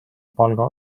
palga